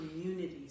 communities